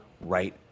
right